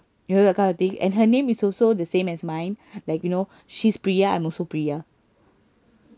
you know that kind of thing and her name is also the same as mine like you know she's priya I'm also priya